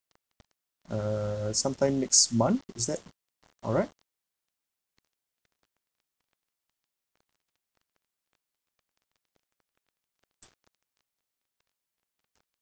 uh some time next month is that alright